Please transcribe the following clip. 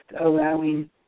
allowing